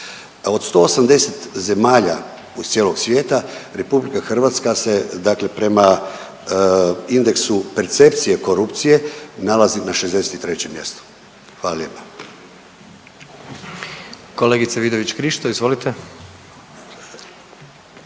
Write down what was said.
Od 180 zemalja od cijelog svijeta RH se dakle prema indeksu percepcije korupcije nalazi na 63 mjestu. Hvala lijepa. **Jandroković, Gordan